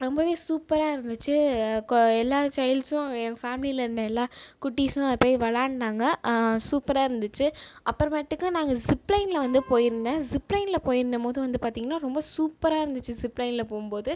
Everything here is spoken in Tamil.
ரொம்பவே சூப்பராக இருந்துச்சு கொ எல்லா சைல்ட்ஸும் என் ஃபேமிலியில் இருந்த எல்லா குட்டீஸும் அது போய் விளையாண்டாங்க சூப்பராக இருந்துச்சு அப்புறமேட்டுக்கு நாங்கள் ஸிப்லைனில் வந்து போயிருந்தேன் ஸிப்லைனில் போயிருந்த போது வந்து பார்த்தீங்கன்னா ரொம்ப சூப்பராக இருந்துச்சு ஸிப்லைனில் போகும்போது